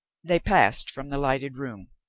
they passed from the lighted room.